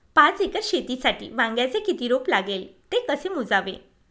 पाच एकर शेतीसाठी वांग्याचे किती रोप लागेल? ते कसे मोजावे?